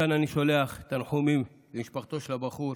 מכאן אני שולח תנחומים למשפחתו של הבחור,